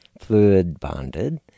fluid-bonded